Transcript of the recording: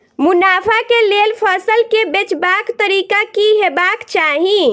मुनाफा केँ लेल फसल केँ बेचबाक तरीका की हेबाक चाहि?